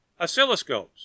Oscilloscopes